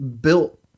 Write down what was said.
built